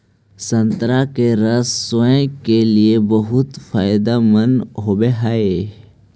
संतरा के रस स्वास्थ्य के लिए बहुत फायदेमंद होवऽ हइ